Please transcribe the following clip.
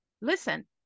Listen